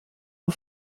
nur